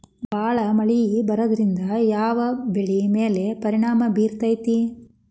ಭಾಳ ಮಳಿ ಬರೋದ್ರಿಂದ ಯಾವ್ ಬೆಳಿ ಮ್ಯಾಲ್ ಪರಿಣಾಮ ಬಿರತೇತಿ?